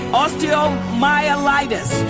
osteomyelitis